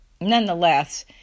nonetheless